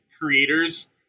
creators